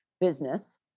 business